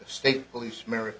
state police merit